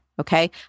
okay